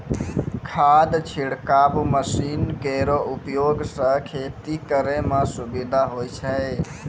खाद छिड़काव मसीन केरो उपयोग सँ खेती करै म सुबिधा होय छै